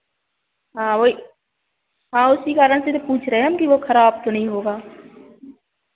हाँ वही हाँ उसी कारण से भी पूछ रहे हम कि वो खराब तो नहीं होगा